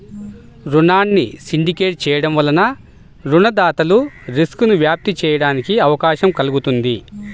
రుణాన్ని సిండికేట్ చేయడం వలన రుణదాతలు రిస్క్ను వ్యాప్తి చేయడానికి అవకాశం కల్గుతుంది